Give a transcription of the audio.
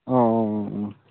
অঁ অঁ অঁ অঁ